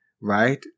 right